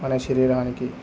మన శరీరానికి